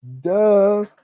Duh